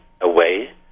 away